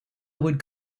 would